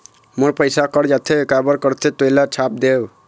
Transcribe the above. मोर पैसा कट जाथे काबर कटथे तेला छाप देव?